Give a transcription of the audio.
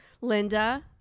Linda